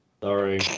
Sorry